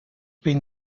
been